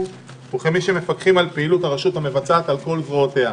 וכמי שמפקחים על פעילות הרשות המבצעת על כל זרועותיה.